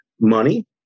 money